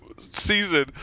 season